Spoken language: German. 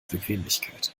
bequemlichkeit